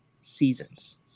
seasons